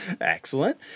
excellent